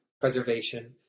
preservation